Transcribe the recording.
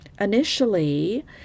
Initially